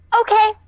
Okay